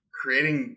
creating